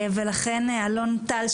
לכן אלון טל,